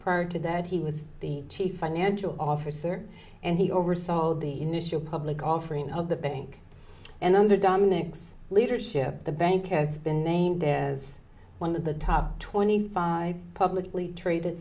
prior to that he was the chief financial officer and he oversaw the initial public offering of the bank and under dominic's leadership the bank has been named as one of the top twenty five publicly traded